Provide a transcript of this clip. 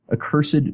Accursed